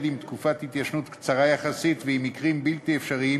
עם תקופת התיישנות קצרה יחסית ועם מקרים בלתי אפשריים